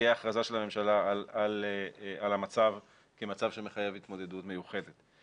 היא ההכרזה של הממשלה על המצב כמצב שמחייב התמודדות מיוחדת.